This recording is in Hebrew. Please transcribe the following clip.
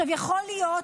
יכול להיות